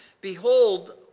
behold